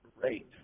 Great